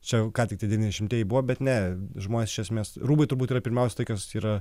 čia ką tik devyniasdešimtieji buvo bet ne žmonės iš esmės rūbai turbūt yra pirmiausia tai kas yra